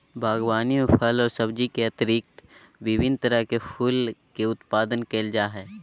बागवानी में फल और सब्जी के अतिरिक्त विभिन्न तरह के फूल के उत्पादन करल जा हइ